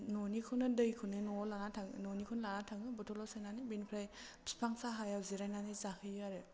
न'निखौनो दैखौनो न'आव लाना थाङो न'निखौनो लाना थाङो बथलाव सोनानै बिनिफ्राय बिफां साहायाव जिरायनानै जाहैयो आरो